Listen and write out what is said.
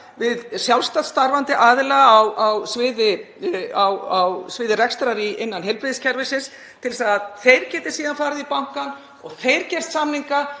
við sjálfstætt starfandi aðila á sviði rekstrar innan heilbrigðiskerfisins til að þeir geti síðan farið í bankann og þeir geti gert samninga